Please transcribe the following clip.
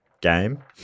game